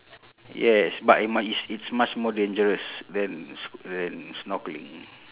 yes but it~ much it's it's much more dangerous than s~ than snorkeling